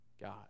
God